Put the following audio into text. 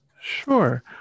sure